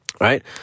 Right